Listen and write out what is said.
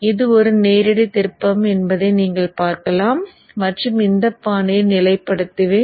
இது ஒரு நேரடி திருப்பம் என்பதை நீங்கள் பார்க்கலாம் மற்றும் இந்த பாணியில் நிலை படுத்துவேன்